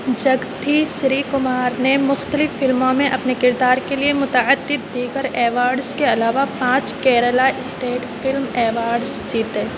جگتھی Sreekumar نے مختلف فلموں میں اپنے کردار کے لیے متعدد دیگر ایوارڈز کے علاوہ پانچ کیرالہ اسٹیٹ فلم ایوارڈز جیتے